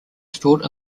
stored